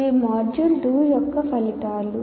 ఇవి మాడ్యూల్ 2 యొక్క ఫలితాలు